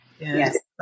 Yes